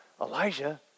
Elijah